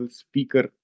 speaker